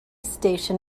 station